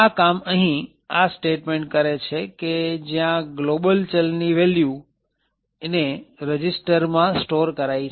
આ કામ અહીં આ સ્ટેટમેન્ટ કરે છે કે જ્યાં ગ્લોબલ ચલ ની વેલ્યુ ને રજીસ્ટર માં સ્ટોર કરાઈ છે